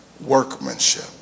workmanship